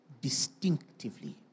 distinctively